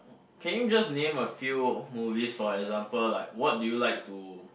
can you just name a few movies for example like what do you like to